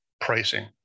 pricing